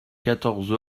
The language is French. quatorze